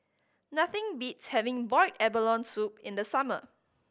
nothing beats having boiled abalone soup in the summer